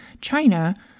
China